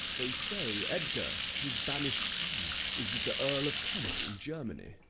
they say edgar, his banish'd son, is with the earl of kent in germany.